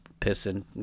pissing